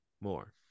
more